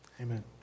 amen